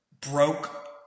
broke